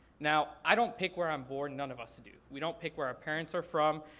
now i don't pick where i'm born, none of us do. we don't pick where our parents are from.